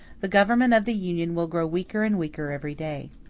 the government of the union will grow weaker and weaker every day.